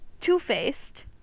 two-faced